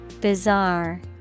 Bizarre